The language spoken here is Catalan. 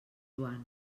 joan